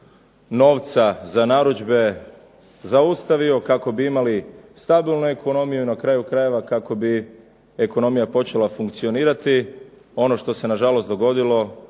novca za narudžbe zaustavio kako bi imali stabilnu ekonomiju, na kraju krajeva kako bi ekonomija počela funkcionirati, ono što se na žalost dogodilo